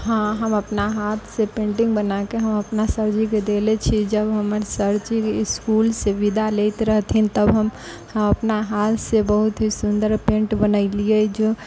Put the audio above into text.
हँ हम अपना हाथसँ पेन्टिङ्ग बनाके हम अपना सरजीके देने छियै जब हमर सरजी इसकुलसँ विदा लैत रहथिन तब हम अपना हाथसँ बहुत ही सुन्दर पेन्ट बनेलिए